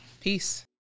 peace